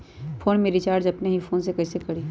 Phone में recharge अपने ही फ़ोन से कईसे करी?